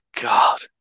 God